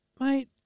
mate